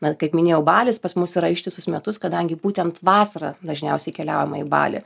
bet kaip minėjau balis pas mus yra ištisus metus kadangi būtent vasarą dažniausiai keliaujama į balį